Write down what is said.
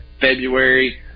February